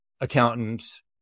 accountants